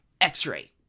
x-ray